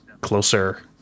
closer